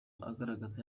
agaragaza